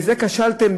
בזה כשלתם,